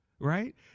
Right